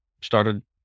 started